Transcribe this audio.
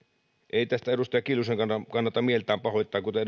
ei tästä edustaja kiljusen kannata kannata mieltään pahoittaa kuten